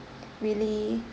really